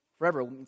Forever